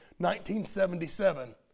1977